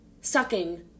sucking